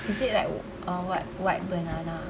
is it like um what white banana